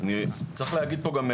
צריך להגיד פה גם,